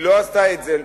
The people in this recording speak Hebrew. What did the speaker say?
היא לא עשתה את זה.